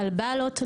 על באלות,